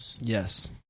Yes